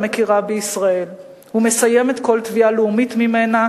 המכירה בישראל ומסיימת כל תביעה לאומית ממנה